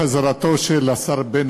חבר הכנסת בהלול,